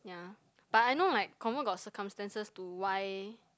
yeah but I know like confirm got circumstances to why